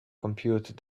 compute